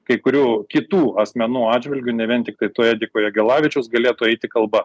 kai kurių kitų asmenų atžvilgiu ne vien tiktai to ediko jagelavičius galėtų eiti kalba